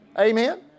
Amen